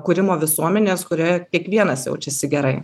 kūrimo visuomenės kurioje kiekvienas jaučiasi gerai